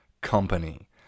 company